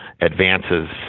advances